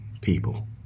people